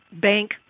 bank